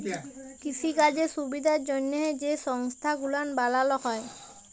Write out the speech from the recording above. কিসিকাজের সুবিধার জ্যনহে যে সংস্থা গুলান বালালো হ্যয়